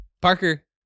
Parker